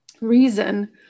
reason